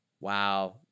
wow